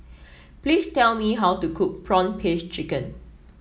please tell me how to cook prawn paste chicken